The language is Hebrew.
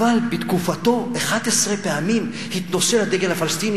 אבל בתקופתו 11 פעמים התנוסס הדגל הפלסטיני